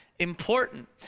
important